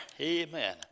amen